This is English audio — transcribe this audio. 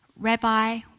Rabbi